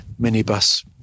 minibus